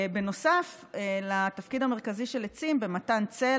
נוסף על התפקיד המרכזי של עצים במתן צל,